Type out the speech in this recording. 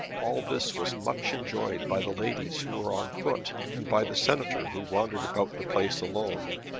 all this was much enjoyed by the ladies who were on foot and by the senator who wandered about the place alone.